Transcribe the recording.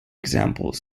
example